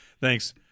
Thanks